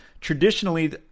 traditionally